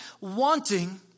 wanting